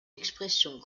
expressions